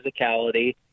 physicality